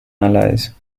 allies